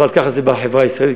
אבל ככה זה בחברה הישראלית,